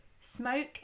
smoke